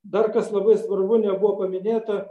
dar kas labai svarbu nebuvo paminėta